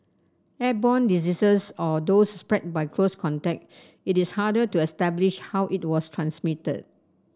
airborne diseases or those spread by close contact it is harder to establish how it was transmitted